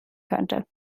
könnte